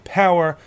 power